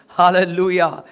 Hallelujah